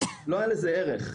לא היה לזה ערך.